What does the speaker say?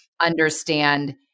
understand